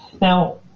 Now